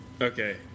Okay